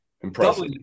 impressive